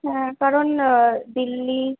হ্যাঁ কারণ দিল্লি